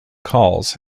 calls